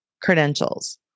credentials